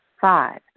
Five